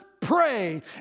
pray